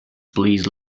please